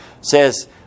says